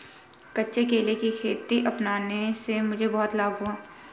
कच्चे केले की खेती अपनाने से मुझे बहुत लाभ हुआ है